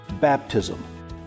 baptism